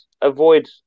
avoid